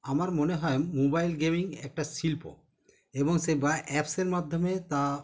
আমার মনে হয় মোবাইল গেমিং একটা শিল্প এবং সে বা অ্যাপসের মাধ্যমে তা